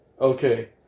Okay